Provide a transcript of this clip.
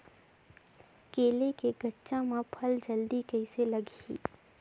केला के गचा मां फल जल्दी कइसे लगही?